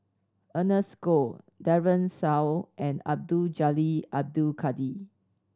Ernest Goh Daren Shiau and Abdul Jalil Abdul Kadir